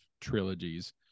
trilogies